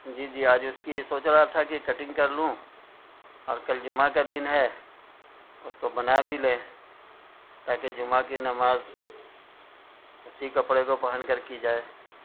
جی جی آج اس کی سوچ رہا تھا کہ کٹنگ کر لوں اور کل جمعہ کا دن ہے اس کو بنا بھی لیں تاکہ جمعہ کی نماز اسی کپڑے کو پہن کر کی جائے